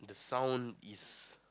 sound is